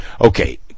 Okay